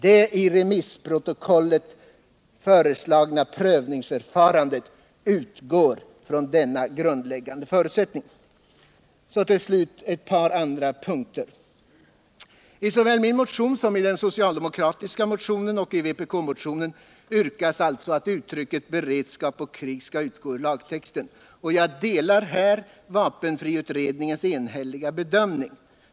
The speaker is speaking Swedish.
Det i remissprotokollet föreslagna prövningsförfarandet utgår från denna grundläggande förutsättning.” Till slut ett par andra punkter. I såväl min motion som den socialdemokratiska motionen och vpk-motionen yrkas att uttrycket ”beredskap och krig” skall utgå ur lagtexten. Jag delar här vapenfriutredningens enhälliga bedömning.